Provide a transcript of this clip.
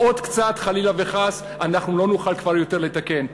עוד קצת, חלילה וחס, אנחנו לא נוכל כבר יותר לתקן.